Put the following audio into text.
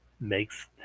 makes